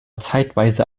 zeitweise